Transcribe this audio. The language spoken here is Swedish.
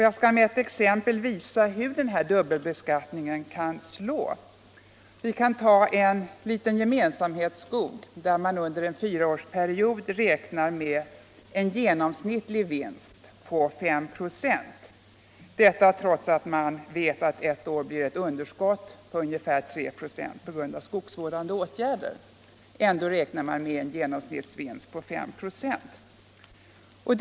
Jag skall med ett exempel visa hur den här dubbelbeskattningen kan slå: Vi kan ta en liten gemensamhetsskog, där man under en fyraårsperiod räknar med en genomsnittlig vinst på 5 96, detta trots att man vet att det ett år blir ett underskott på ungefär 3 96 på grund av skogsvårdande åtgärder. Ändå räknar man alltså med en genomsnittsvinst på 5 26.